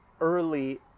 early